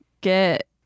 get